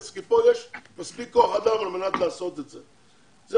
כי פה יש מספיק כוח-אדם על מנת לעשות את זה.